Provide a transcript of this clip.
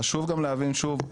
חשוב גם להבין שוב,